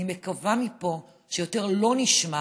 אני מקווה מפה שיותר לא נשמע